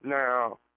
Now